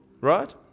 right